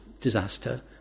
disaster